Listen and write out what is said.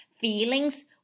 feelings